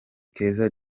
keza